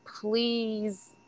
please